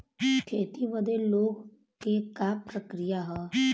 खेती बदे लोन के का प्रक्रिया ह?